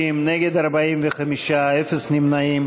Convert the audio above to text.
בעד, 60, נגד, 45, אפס נמנעים.